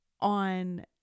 on